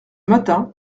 matin